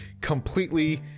completely